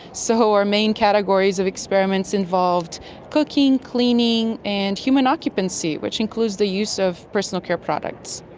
so our main categories of experiments involved cooking, cleaning, and human occupancy, which includes the use of personal care products.